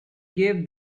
gave